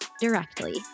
directly